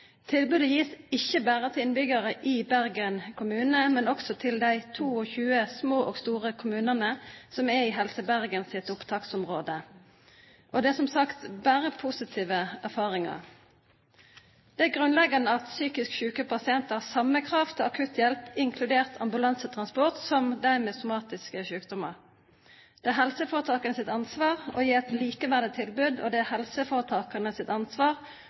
Tilbudet gis ikke bare til innbyggere i Bergen kommune, men også til de 22 små og store kommunene som er i Helse Bergens opptaksområde, og det er som sagt bare positive erfaringer. Det er grunnleggende at psykisk syke pasienter har samme krav på akutthjelp, inkludert ambulansetransport, som dem med somatiske sykdommer. Det er helseforetakenes ansvar å gi et likeverdig tilbud, og det er helseforetakenes ansvar